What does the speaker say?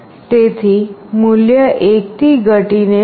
તેથી મૂલ્ય 1 થી ઘટી ને 0